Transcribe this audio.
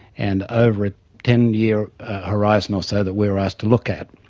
and over a ten year horizon or so that we're asked to look at,